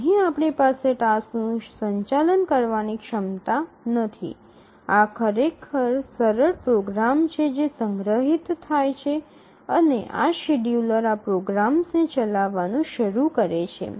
અહીં આપણી પાસે ટાસક્સનું સંચાલન કરવાની ક્ષમતા નથી આ ખરેખર સરળ પ્રોગ્રામ્સ છે જે સંગ્રહિત થાય છે અને શેડ્યૂલર આ પ્રોગ્રામ્સને ચલાવવાનું શરૂ કરે છે